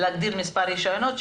להגדיל מספר רישיונות,